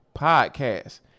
podcast